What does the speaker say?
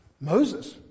Moses